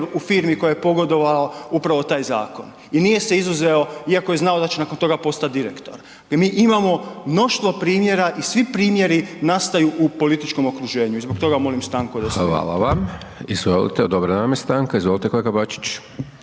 u firmi koja je pogodovala upravo taj zakon i nije se izuzeo iako je znao da će nakon toga postati direktor. I mi imamo mnoštvo primjera i svi primjeri nastaju u političkom okruženju i zbog toga molim stanku od 10 minuta. **Hajdaš Dončić, Siniša (SDP)** Hvala vam. Izvolite odobrena vam je stanka. Izvolite kolega Bačić.